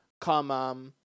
come